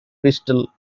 bristol